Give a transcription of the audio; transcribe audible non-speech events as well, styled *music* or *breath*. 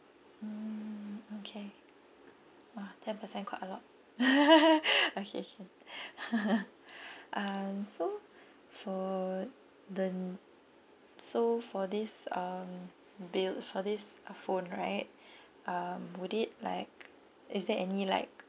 mm okay !wah! ten percent quite a lot *laughs* okay okay *laughs* um so for the so for this uh bill for this phone right *breath* uh would it like is there any like